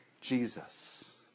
Jesus